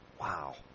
Wow